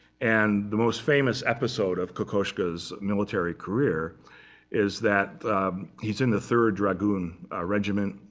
and the most famous episode of kokoschka's military career is that he's in the third dragoon regiment,